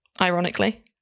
ironically